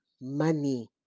money